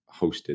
hosted